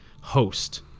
host